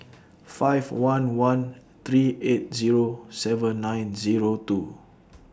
five one one three eight Zero seven nine Zero two